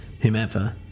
whomever